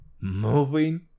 moving